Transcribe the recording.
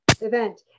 event